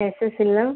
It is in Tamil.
எஸ்எஸ் இல்லம்